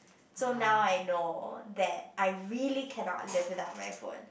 so now I know that I really cannot live without my phone